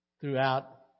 throughout